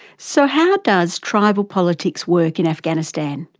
so how does tribal politics work in afghanistan?